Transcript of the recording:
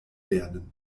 werden